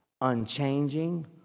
unchanging